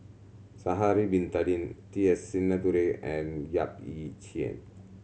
Sha'ari Bin Tadin T S Sinnathuray and Yap Ee Chian